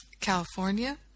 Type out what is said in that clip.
California